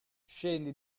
scendi